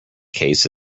case